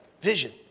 vision